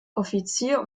offizier